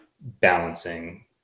balancing